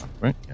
right